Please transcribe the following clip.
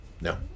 No